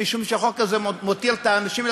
משום שהחוק הזה מותיר את האנשים האלה